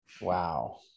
Wow